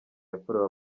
yakorewe